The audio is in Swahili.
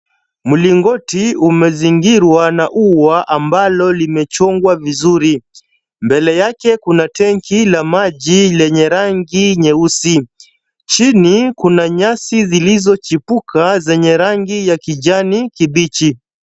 Mlingoti umezingirwa na ua ambalo limechongwa vizuri. Mbele yake kuna tenki la maji lenye rangi nyeusi. Chini kuna nyasi zilizochipuka zenye rangi ya kijani kibichi.